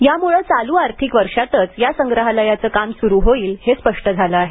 यामुळे चालू आर्थिक वर्षातच या संग्रहालयाचे काम सुरु होईल हे स्पष्ट झाले आहे